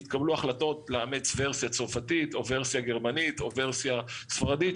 יתקבלו החלטות לאמץ ורסיה צרפתית או ורסיה גרמנית או ורסיה ספרדית,